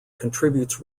contributes